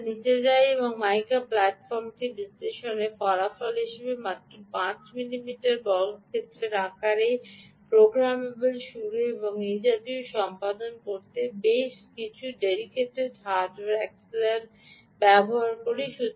আসুন আমরা নীচে যাই এবং মাইকা প্ল্যাটফর্মটি বিশ্লেষণের ফলাফল হিসাবে মাত্র 5 মিমি বর্গক্ষেত্রের আকারে প্রোগ্রামেবল শুরু এবং এই জাতীয় সম্পাদন করতে বেশ কয়েকটি ডেডিকেটেড হার্ডওয়্যার এক্সিলার ব্যবহার করে